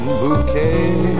bouquet